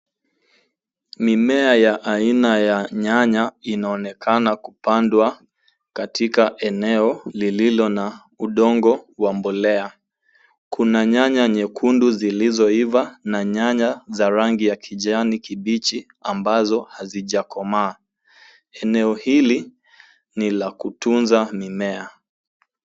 Mimea ya aina ya nyanya inaonekana kupandwa katika eneo lililo na udongo wa mbolea. Kuna nyanya nyekundu zilizoiva na nyanya za rangi ya kijani kibichi ambazo hazijakomaa. Eneo hili ni la kutunza mimea.